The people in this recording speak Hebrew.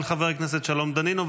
של חבר הכנסת שלום דנינו.